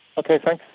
okay, thanks.